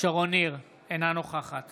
שרון ניר, אינה נוכחת